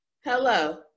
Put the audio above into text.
Hello